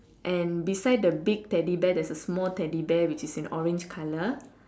and beside the big teddy bear there's a small teddy bear which is in orange colour